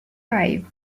five